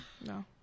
no